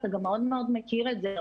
אתה גם מאוד מאוד מכיר את זה,